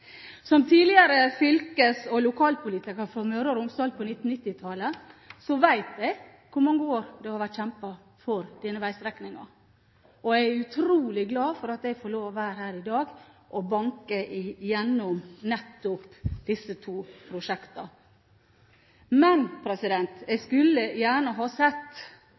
Som tidligere fylkes- og lokalpolitiker fra Møre og Romsdal på 1990-tallet vet jeg hvor mange år det har vært kjempet for denne veistrekningen. Jeg er utrolig glad for at jeg i dag får lov til å være med og banke gjennom nettopp disse to prosjektene. Men jeg skulle gjerne ha sett